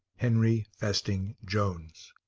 henry festing jones.